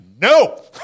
no